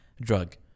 drug